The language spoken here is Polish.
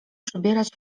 przybierać